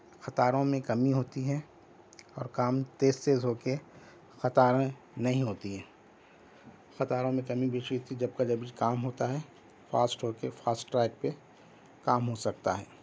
قطاروں میں کمی ہوتی ہے اور کام تیز تیز ہو کے قطاریں نہیں ہوتی ہیں قطاروں میں کمی پیشی جب کا جب کچھ کام ہوتا ہے فاسٹ ہو کے فاسٹریک پہ کام ہو سکتا ہے